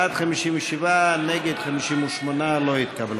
בעד, 57, נגד, 58. לא התקבלה.